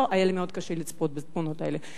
היה לי מאוד קשה לצפות בתמונות האלה.